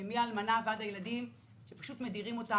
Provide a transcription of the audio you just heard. מהאלמנה ועד הילדים שפשוט מדירים אותם.